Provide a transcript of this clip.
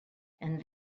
and